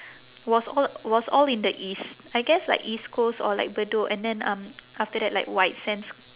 was all was all in the east I guess like east coast or like bedok and then um after that like white sands